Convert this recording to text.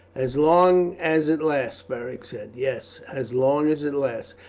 as long as it lasts, beric said. yes, as long as it lasts.